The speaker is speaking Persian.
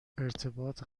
ارتباط